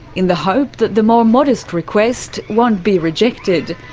in the hope that the more modest request won't be rejected.